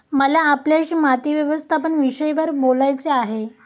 मला आपल्याशी माती व्यवस्थापन विषयावर बोलायचे आहे